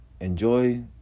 Enjoy